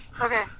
okay